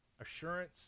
assurance